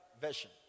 version